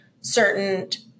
certain